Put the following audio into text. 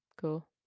Cool